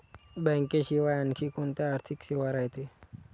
बँकेशिवाय आनखी कोंत्या आर्थिक सेवा रायते?